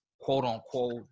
quote-unquote